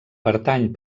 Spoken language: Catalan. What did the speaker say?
pertany